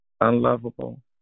unlovable